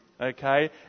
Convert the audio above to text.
okay